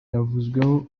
yavuzweho